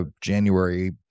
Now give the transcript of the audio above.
January